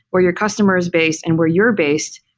or your customers based and where you're based,